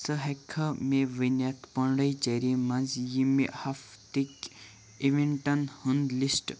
ژٕ ہیٚکٕکھا مےٚ ؤنِتھ پانٛڈیچری منٛز ییٚمہِ ہفتٕکۍ ایونٹَن ہُنٛد لِسٹہٕ